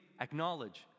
acknowledge